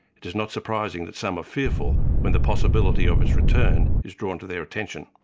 it is not surprising that some are fearful when the possibility of its return is drawn to their attention.